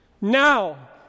Now